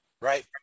Right